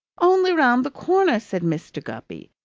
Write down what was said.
only round the corner, said mr. guppy.